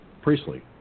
Priestley